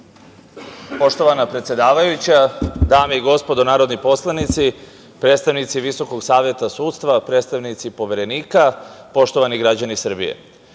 Poštovana predsedavajuća, dame i gospodo narodni poslanici, predstavnici VSS, predstavnici Poverenika, poštovani građani Srbije,